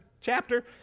chapter